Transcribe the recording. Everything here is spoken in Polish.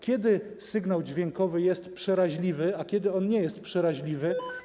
Kiedy sygnał dźwiękowy jest przeraźliwy, a kiedy nie jest przeraźliwy?